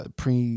pre